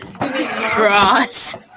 Ross